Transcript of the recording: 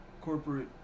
corporate